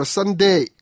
Sunday